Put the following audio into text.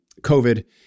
COVID